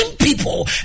people